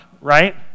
Right